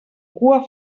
cua